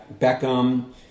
Beckham